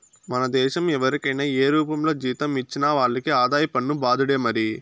మన దేశం ఎవరికైనా ఏ రూపంల జీతం ఇచ్చినా వాళ్లకి ఆదాయ పన్ను బాదుడే మరి